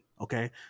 Okay